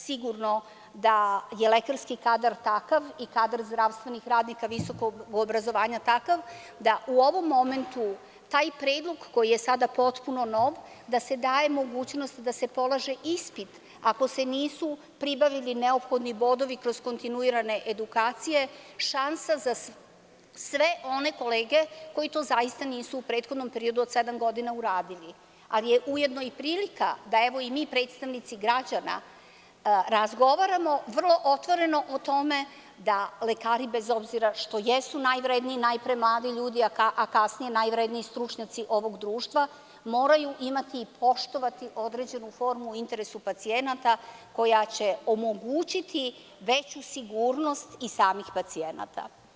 Sigurno je da je lekarski kadar takav, i kadar zdravstvenih radnika visokog obrazovanja takav, da u ovom momentu taj predlog koji je sada potpuno nov, da se daje mogućnost da se polaže ispit ako se nisu pribavili neophodni bodovi kroz kontinuirane edukacije, šansa za sve one kolege koji to zaista nisu u prethodnom periodu od sedam godina uradili, ali je ujedno i prilika da, evo i mi, predstavnici građana, razgovaramo vrlo otvoreno o tome da lekari, bez obzira što jesu najvredniji, najpre mladi ljudi, a kasnije najvredniji stručnjaci ovog društva, moraju imati i poštovati određenu formu u interesu pacijenata, koja će omogućiti veću sigurnost i samih pacijenata.